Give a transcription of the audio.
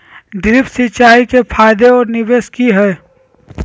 Drip सिंचाई के फायदे और निवेस कि हैय?